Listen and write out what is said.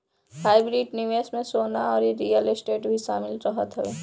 hybrid निवेश में सोना अउरी रियल स्टेट भी शामिल रहत हवे